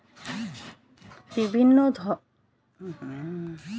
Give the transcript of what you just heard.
বিভিন্ন রকমের টুলস, সরঞ্জাম আর মেশিন চাষের জন্যে লাগে